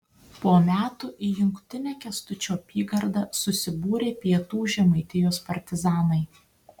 po metų į jungtinę kęstučio apygardą susibūrė pietų žemaitijos partizanai